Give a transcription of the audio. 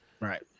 Right